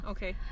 Okay